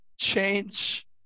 change